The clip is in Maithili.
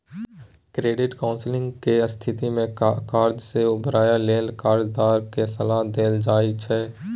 क्रेडिट काउंसलिंग के स्थिति में कर्जा से उबरय लेल कर्जदार के सलाह देल जाइ छइ